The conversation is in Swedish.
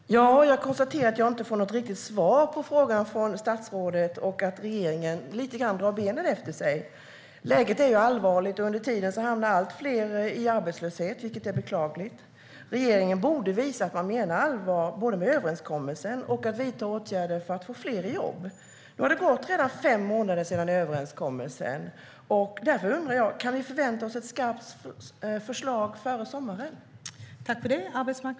Fru talman! Jag konstaterar att jag inte får något riktigt svar på frågan från statsrådet och att regeringen lite grann drar benen efter sig. Läget är ju allvarligt, och under tiden hamnar allt fler i arbetslöshet, vilket är beklagligt. Regeringen borde visa att den menar allvar både med överenskommelsen och med att vidta åtgärder för att få fler i jobb. Nu har det redan gått fem månader sedan överenskommelsen, och därför undrar jag om vi kan förvänta oss ett skarpt förslag före sommaren.